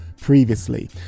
previously